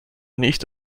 nicht